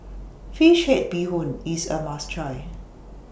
Fish Head Bee Hoon IS A must Try